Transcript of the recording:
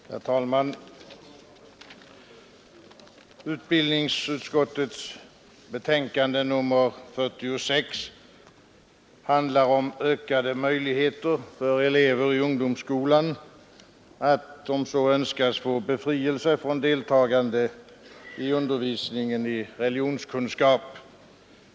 Herr talman! Utbildningsutskottets betänkande nr 46 handlar om ökade möjligheter för elever i ungdomsskolan att, om så önskas, få befrielse från deltagande i undervisningen i religionskunskap.